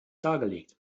dargelegt